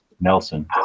nelson